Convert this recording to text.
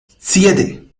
siete